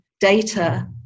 Data